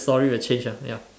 story will change ah ya